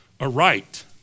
aright